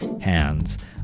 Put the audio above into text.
hands